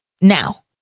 Now